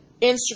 Instagram